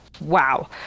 Wow